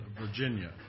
Virginia